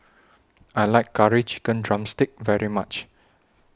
I like Curry Chicken Drumstick very much